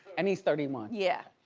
and he's thirty one. yeah.